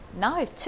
No